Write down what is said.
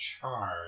charge